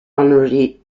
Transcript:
honorary